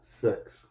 six